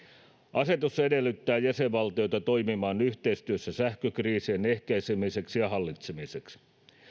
asetus edellyttää jäsenvaltioita toimimaan yhteistyössä sähkökriisien ehkäisemiseksi ja hallitsemiseksi